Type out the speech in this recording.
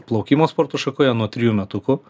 plaukimo sporto šakoje nuo trijų metukų